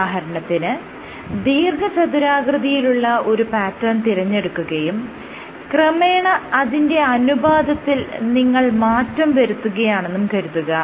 ഉദാഹരണത്തിന് ദീർഘ ചതുരാകൃതിയിലുള്ള ഒരു പാറ്റേൺ തിരഞ്ഞെടുക്കുകയും ക്രമേണ അതിന്റെ അനുപാതത്തിൽ നിങ്ങൾ മാറ്റം വരുത്തുകയാണെന്നും കരുതുക